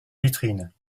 vitrine